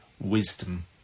wisdom